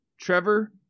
Trevor